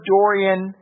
Dorian